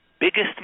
biggest